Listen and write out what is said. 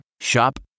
Shop